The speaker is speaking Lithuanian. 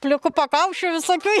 pliku pakaušiu visokių